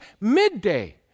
midday